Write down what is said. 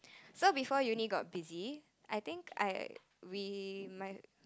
so before uni got busy I think I we might